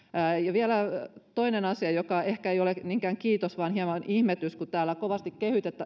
vielä toinen asia joka ehkä ei ole niinkään kiitos vaan hieman ihmetys kun täällä kovasti